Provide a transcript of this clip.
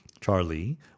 Charlie